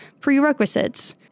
prerequisites